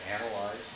analyze